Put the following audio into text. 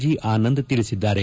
G Anand ತಿಳಿಸಿದ್ದಾರೆ